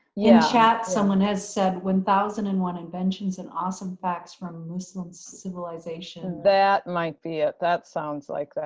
yeah chat, someone has said one thousand and one inventions and awesome facts from muslim civilization. that might be it. that sounds like